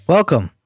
Welcome